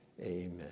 amen